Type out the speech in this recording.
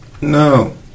No